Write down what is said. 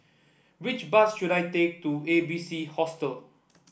which bus should I take to A B C Hostel